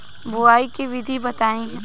बुआई के विधि बताई?